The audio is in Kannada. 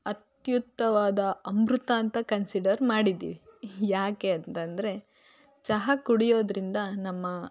ಅತ್ಯುತ್ತಮವಾದ ಅಮೃತ ಅಂತ ಕನ್ಸಿಡರ್ ಮಾಡಿದ್ದೀವಿ ಯಾಕೆ ಅಂತಂದರೆ ಚಹಾ ಕುಡಿಯೋದ್ರಿಂದ ನಮ್ಮ